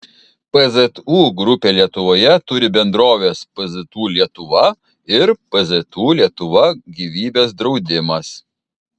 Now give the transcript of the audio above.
pzu grupė lietuvoje turi bendroves pzu lietuva ir pzu lietuva gyvybės draudimas